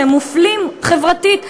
שהם מופלים חברתית,